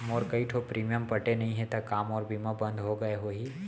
मोर कई ठो प्रीमियम पटे नई हे ता का मोर बीमा बंद हो गए होही?